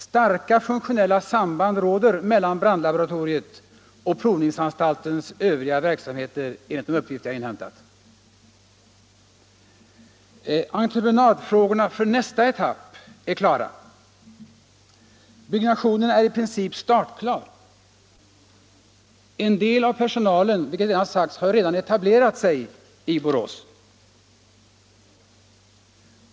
Starka funktionella samband råder mellan brandlaboratoriet och provningsanstaltens övriga verksamheter, enligt de uppgifter som jag inhämtat. Entreprenadfrågorna för nästa etapp är klara. Igångsättningen är i princip klar. En del av personalen har, vilket förut påpekats, redan etablerat sig i Borås.